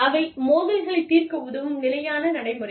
அவை மோதல்களைத் தீர்க்க உதவும் நிலையான நடைமுறைகள்